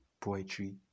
poetry